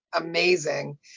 amazing